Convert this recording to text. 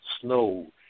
snow